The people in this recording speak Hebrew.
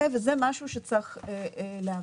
זה משהו שצריך להבין.